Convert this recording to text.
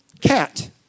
Cat